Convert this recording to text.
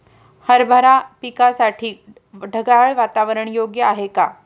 हरभरा पिकासाठी ढगाळ वातावरण योग्य आहे का?